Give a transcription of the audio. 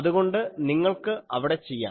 അതുകൊണ്ട് നിങ്ങൾക്ക് അവിടെ ചെയ്യാം